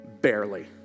Barely